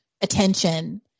attention